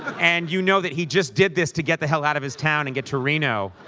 and you know that he just did this to get the hell out of his town and get to reno.